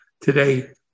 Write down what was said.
Today